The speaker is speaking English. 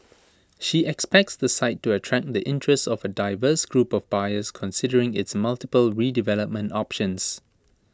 she expects the site to attract the interest of A diverse group of buyers considering its multiple redevelopment options